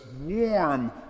warm